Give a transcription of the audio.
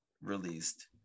released